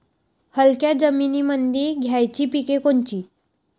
हलक्या जमीनीमंदी घ्यायची पिके कोनची?